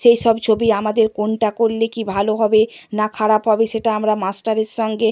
সেই সব ছবি আমাদের কোনটা করলে কী ভালো হবে না খারাপ হবে সেটা আমরা মাস্টারের সঙ্গে